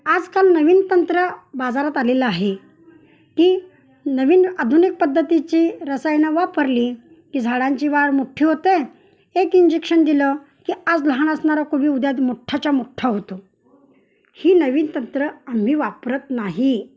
आजकाल नवीन तंत्र बाजारात आलेलं आहे की नवीन आधुनिक पद्धतीची रसायनं वापरली की झाडांची वाढ मोठ्ठी होती एक इंजेक्शन दिलं की आज लहान असणारा कोबी उद्या मोठ्ठाच्या मोठ्ठा होतो ही नवीन तंत्र आम्ही वापरत नाही